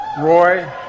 Roy